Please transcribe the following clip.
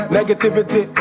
negativity